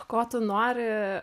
ko tu nori